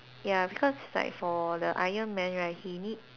ya cause like for the iron man right he need